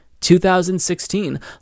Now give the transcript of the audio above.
2016